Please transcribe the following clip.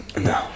No